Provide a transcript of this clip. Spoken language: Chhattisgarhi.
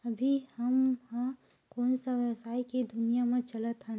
अभी हम ह कोन सा व्यवसाय के दुनिया म चलत हन?